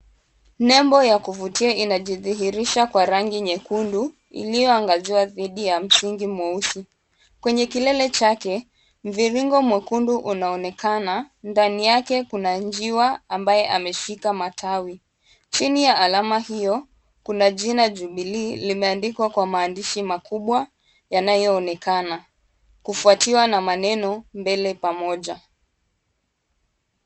Nembo ya kuvutia inajidhirihirisha kwa rangi nyekundu iliyoangaziwa dhidi ya msingi mweusi. Kwenye kilele chake mviringo mwekundu unaonekana. Ndani yake kuna njiwa ambaye ameshika matawi. Chini ya alama hiyo kuna jina Jubilee limeandikwa kwa maandishi makubwa yanayonekana kufuatiwa na maneno mbele pamoja.